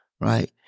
right